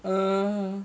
err